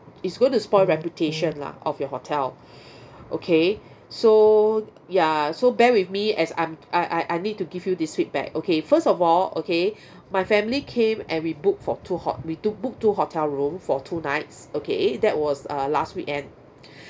it's going to spoil reputation lah of your hotel okay so ya so bear with me as I'm I I I need to give you this feedback okay first of all okay my family came and we book for two hot~ we took book two hotel room for two nights okay that was uh last weekend